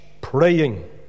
praying